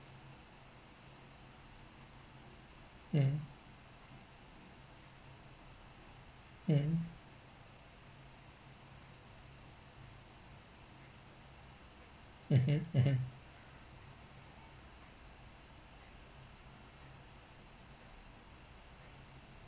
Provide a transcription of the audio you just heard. um um mmhmm mmhmm